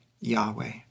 Yahweh